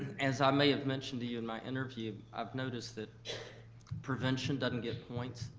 as i may have mentioned to you in my interview, i've noticed that prevention doesn't get points.